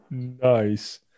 nice